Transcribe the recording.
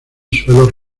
suelos